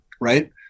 right